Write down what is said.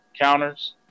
counters